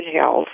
health